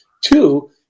Two